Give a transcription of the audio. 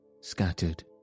scattered